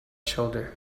shoulder